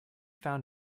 found